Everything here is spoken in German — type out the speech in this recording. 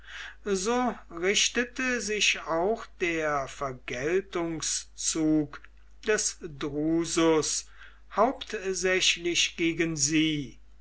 so richtete sich auch der vergeltungszug des drusus hauptsächlich gegen sie